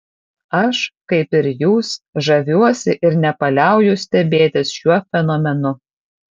aš kaip ir jūs žaviuosi ir nepaliauju stebėtis šiuo fenomenu